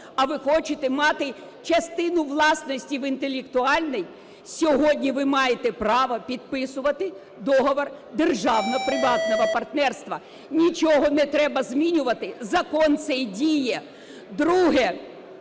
а ви хочете мати частину власності в інтелектуальній, сьогодні ви маєте право підписувати договір державного приватного партнерства, нічого не треба змінювати, закон цей діє.